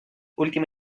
última